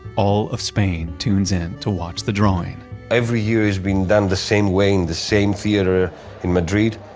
all of spain tunes in to watch the drawing every year it's been done the same way in the same theater in madrid.